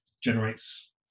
generates